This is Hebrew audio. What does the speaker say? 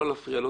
לא להפריע לו.